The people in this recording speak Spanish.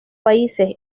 países